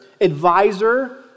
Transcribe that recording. advisor